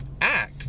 act